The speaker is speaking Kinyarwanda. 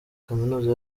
kaminuza